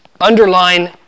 underline